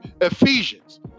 Ephesians